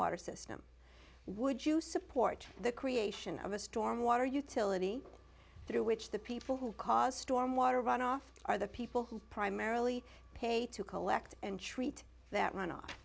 water system would you support the creation of a storm water utility through which the people who cause storm water runoff are the people who primarily pay to collect and treat that